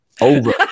over